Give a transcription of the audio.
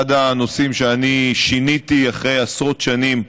אחד הנושאים שאני שיניתי אחרי עשרות שנים,